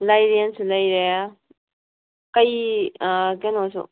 ꯂꯥꯏꯔꯦꯟꯁꯨ ꯂꯩꯔꯦ ꯀꯩ ꯀꯩꯅꯣꯁꯨ